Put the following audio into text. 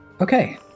Okay